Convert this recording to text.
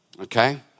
Okay